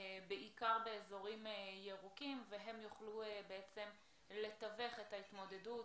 בעיקר באזורים ירוקים והם יוכלו לתווך את ההתמודדות